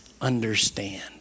understand